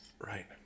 Right